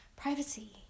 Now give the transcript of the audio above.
Privacy